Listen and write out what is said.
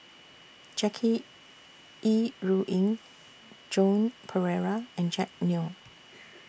Jackie Yi Ru Ying Joan Pereira and Jack Neo